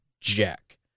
Jack